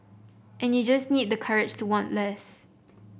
and you just need the courage to want less